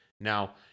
Now